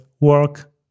work